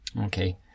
Okay